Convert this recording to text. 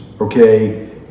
okay